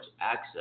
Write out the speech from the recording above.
access